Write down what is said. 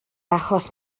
achos